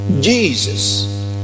Jesus